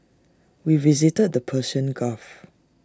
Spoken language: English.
we visited the Persian gulf